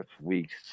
week's